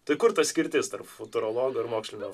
tai kur ta skirtis tarp futurologo ir mokslinio